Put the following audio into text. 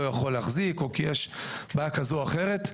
יכול להחזיק או כי יש בעיה כזו או אחרת.